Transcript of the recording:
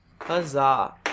huzzah